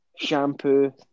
shampoo